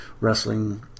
wrestling